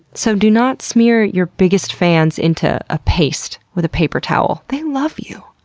so, do not smear your biggest fans into a paste with a paper towel. they love you!